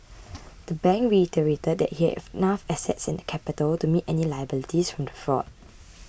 the bank reiterated that it had enough assets and capital to meet any liabilities from the fraud